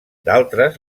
d’altres